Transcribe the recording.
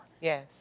Yes